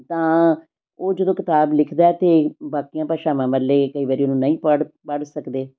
ਤਾਂ ਉਹ ਜਦੋਂ ਕਿਤਾਬ ਲਿਖਦਾ ਹੈ ਤਾਂ ਬਾਕੀਆਂ ਭਾਸ਼ਾਵਾਂ ਵਾਲੇ ਕਈ ਵਾਰੀ ਉਸ ਨੂੰ ਨਹੀਂ ਪੜ੍ਹ ਪੜ੍ਹ ਸਕਦੇ